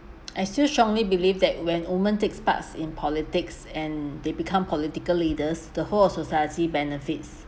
I still strongly believe that when woman takes part in politics and they become political leaders the whole of society benefits